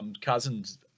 Cousins